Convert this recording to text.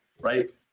right